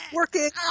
working